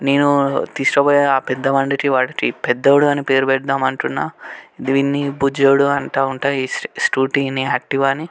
నేను తీసుకుపోయే ఆ పెద్ద బండికి వాడికి పెద్దోడు అని పేరు పెడదాము అంటున్నాను దీన్ని బుజ్జోడు అంటూ ఉంటాను ఈ స్కూటీని ఆక్టివాని